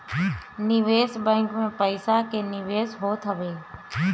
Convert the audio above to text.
निवेश बैंक में पईसा के निवेश होत हवे